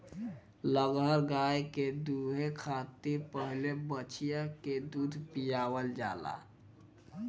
लगहर गाय के दूहे खातिर पहिले बछिया के दूध पियावल जाला